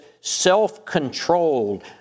self-controlled